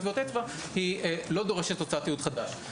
טביעות אצבע היא לא דורשת הוצאת תיעוד חדש.